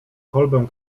kolbę